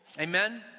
Amen